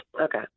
Okay